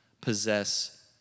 possess